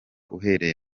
uhereye